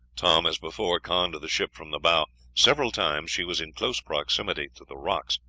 tom, as before, conned the ship from the bow. several times she was in close proximity to the rocks,